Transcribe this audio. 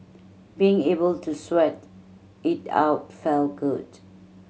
being able to sweat it out felt good